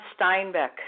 Steinbeck